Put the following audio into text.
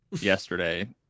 yesterday